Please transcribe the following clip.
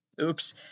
oops